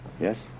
Yes